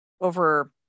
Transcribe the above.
over